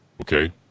Okay